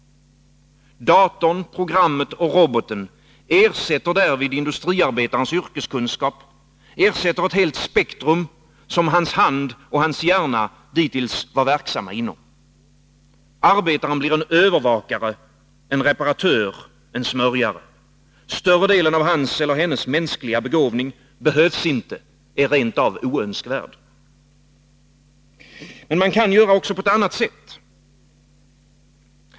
Datorn, programmet och roboten ersätter därvid industriarbetarens yrkeskunskap, ersätter ett helt spektrum som hans hand och hjärna dittills varit verksamma inom. Arbetaren blir en övervakare, reparatör och smörjare. Större delen av hans eller hennes mänskliga begåvning behövs inte, är rent av oönskvärd. Man kan också göra på ett annat sätt.